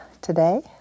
today